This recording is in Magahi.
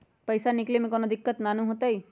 पईसा निकले में कउनो दिक़्क़त नानू न होताई?